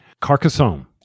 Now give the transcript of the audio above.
Carcassonne